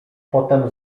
potem